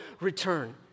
return